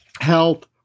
health